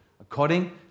according